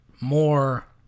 more